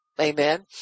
Amen